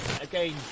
Again